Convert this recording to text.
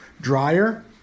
dryer